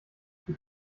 ich